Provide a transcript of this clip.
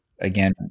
again